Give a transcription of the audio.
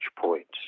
points